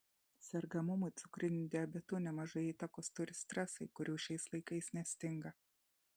sergamumui cukriniu diabetu nemažai įtakos turi stresai kurių šiais laikais nestinga